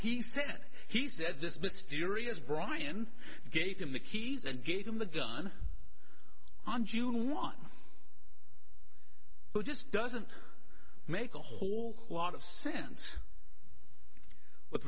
he said he said this mysterious brian gave him the keys and gave him the gun on june won just doesn't make a whole lot of sense with